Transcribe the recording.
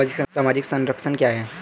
सामाजिक संरक्षण क्या है?